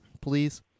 please